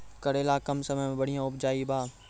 करेला कम समय मे बढ़िया उपजाई बा?